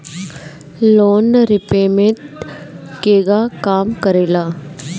Loan repayment केगा काम करेला?